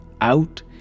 out